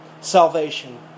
Salvation